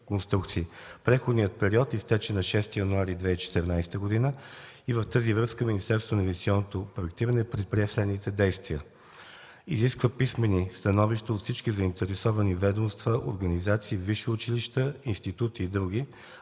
Преходният период изтече на 6 януари 2014 г. и в тази връзка Министерството на инвестиционното проектиране предприе следните действия: изисква писмени становища от всички заинтересовани ведомства, организации, висши училища, институти и други,